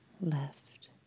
left